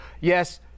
yes